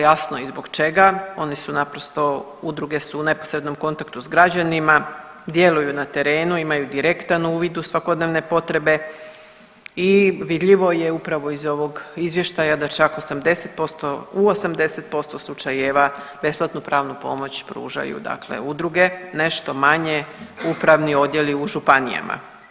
jasno i zbog čega, oni su naprosto udruge su u neposrednom kontaktu s građanima, djeluju na terenu, imaju direktan uvid u svakodnevne potrebe i vidljivo je upravo iz ovog izvještaja da čak 80% u 80% slučajeva besplatnu pravnu pomoć pružaju udruge, nešto manje upravni odjeli u županijama.